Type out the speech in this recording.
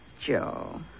Joe